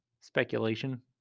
Speculation